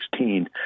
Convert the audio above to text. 2016